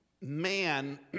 man